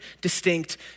distinct